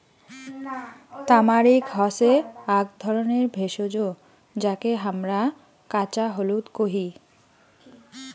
তামারিক হসে আক ধরণের ভেষজ যাকে হামরা কাঁচা হলুদ কোহি